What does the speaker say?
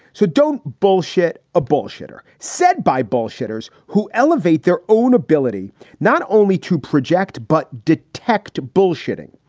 so don't bullshit a bullshitter set by bullshitters who elevate their own ability not only to project but detect to bullshitting.